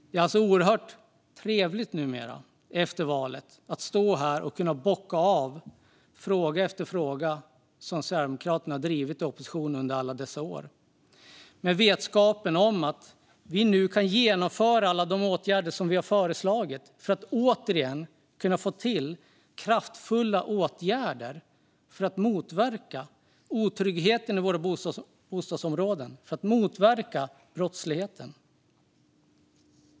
Det är oerhört trevligt numera, efter valet, att stå här och kunna bocka av fråga efter fråga som Sverigedemokraterna har drivit i opposition under alla dessa år, med vetskapen att vi nu kan genomföra alla de åtgärder som vi har föreslagit för att återigen kunna få till kraftfulla åtgärder för att motverka otryggheten i våra bostadsområden och för att motverka brottsligheten.